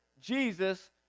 Jesus